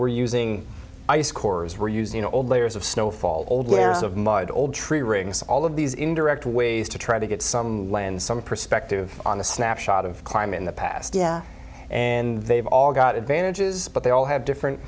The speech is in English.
we're using ice cores we're using old layers of snow falls old layers of mud old tree rings all of these indirect ways to try to get some land some perspective on the snapshot of climb in the past yeah and they've all got advantages but they all have different